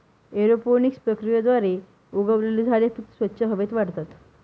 aeroponics प्रक्रियेद्वारे उगवलेली झाडे फक्त स्वच्छ हवेत वाढतात